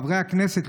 חברי הכנסת,